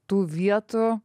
tų vietų